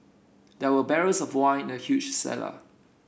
there were barrels of wine in a huge cellar